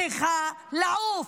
צריכה לעוף,